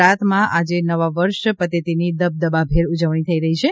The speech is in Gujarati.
ગુજરાતમાં આજે નવા વર્ષ પતેતીની દબદબાભેર ઉજવણી થઈ રહી છે